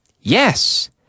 Yes